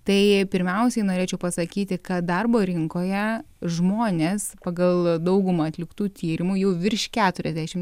tai pirmiausiai norėčiau pasakyti kad darbo rinkoje žmonės pagal daugumą atliktų tyrimų jų virš keturiasdešim